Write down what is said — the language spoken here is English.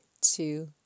two